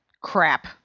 crap